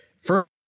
first